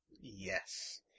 Yes